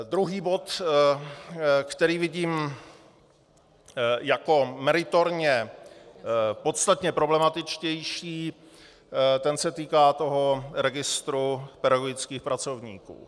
Druhý bod, který vidím jako meritorně podstatně problematičtější, se týká registru pedagogických pracovníků.